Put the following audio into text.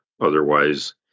Otherwise